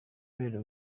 kubera